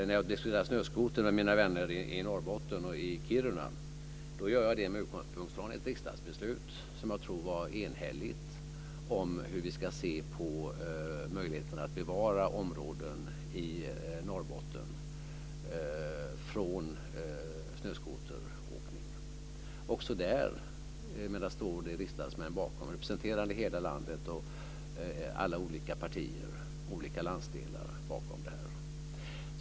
När jag diskuterar snöskotrar med mina vänner i Norrbotten och i Kiruna gör jag det med utgångspunkt från ett riksdagsbeslut, som jag tror var enhälligt, om hur vi ska se på möjligheten att bevara områden i Norrbotten från snöskoteråkning. Också där står riksdagsmän bakom, representerande hela landet och alla olika partier och landsdelar.